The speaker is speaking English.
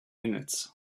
minutes